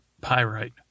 pyrite